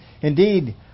Indeed